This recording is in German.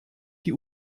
die